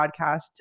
podcast